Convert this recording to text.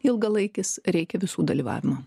ilgalaikis reikia visų dalyvavimo